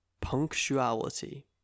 punctuality